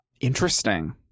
Interesting